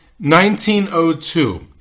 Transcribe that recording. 1902